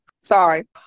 Sorry